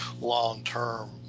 long-term